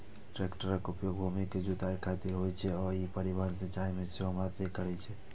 टैक्टरक उपयोग भूमि के जुताइ खातिर होइ छै आ ई परिवहन, सिंचाइ मे सेहो मदति करै छै